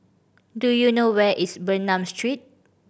do you know where is Bernam Street